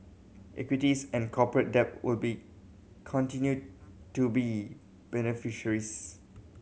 equities and corporate debt will continue to be beneficiaries